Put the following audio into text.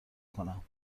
کنم